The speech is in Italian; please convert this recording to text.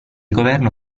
governo